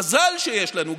ומזל שיש לנו,